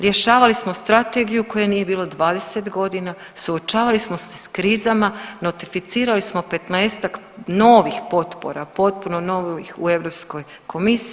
Rješavali smo strategiju koje nije bilo 20 godina, suočavali smo se s krizama, notificirali smo 15-ak novih potpora, potpuno novih u Europskoj komisiji.